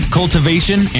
cultivation